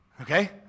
Okay